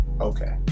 Okay